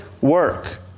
work